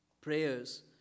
Prayers